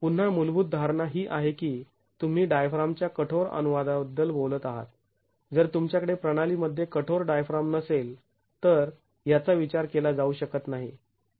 पुन्हा मूलभूत धारणा ही आहे की तुम्ही डायफ्राम च्या कठोर अनुवादाबद्दल बोलत आहात जर तुमच्याकडे प्रणाली मध्ये कठोर डायफ्राम नसेल तर याचा विचार केला जाऊ शकत नाही